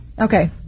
Okay